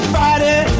Friday